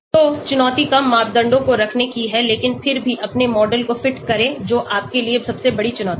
तो चुनौती कम मापदंडों को रखने की है लेकिन फिर भी अपने मॉडल को फिट करें जो आपके लिए सबसे बड़ी चुनौती है